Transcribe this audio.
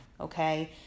okay